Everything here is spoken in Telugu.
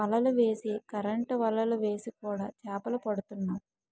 వలలు వేసి కరెంటు వలలు వేసి కూడా చేపలు పడుతున్నాం